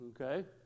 Okay